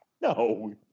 No